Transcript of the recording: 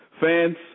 Fans